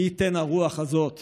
מי ייתן והרוח הזאת